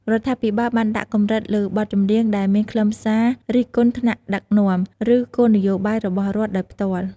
រដ្ឋាភិបាលបានដាក់កម្រិតលើបទចម្រៀងដែលមានខ្លឹមសារ រិះគន់ថ្នាក់ដឹកនាំ ឬគោលនយោបាយរបស់រដ្ឋ ដោយផ្ទាល់។